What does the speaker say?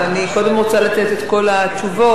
אבל אני קודם רוצה לתת את כל התשובות,